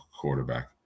quarterback